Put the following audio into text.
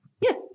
Yes